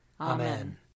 Amen